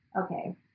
okay